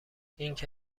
اینکه